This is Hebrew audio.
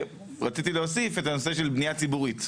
ורציתי להוסיף את הנושא של בנייה ציבורית.